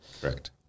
Correct